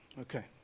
okay